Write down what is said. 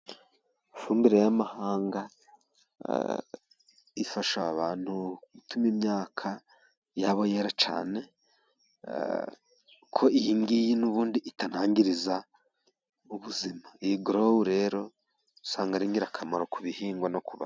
Ifumbire y'amahanga ifasha abantu gutuma imyaka yabo yera cyane dore ko iyi n'ubundi itanangiriza ubuzima iyi gorowu rero usanga ari ingirakamaro ku bihingwa.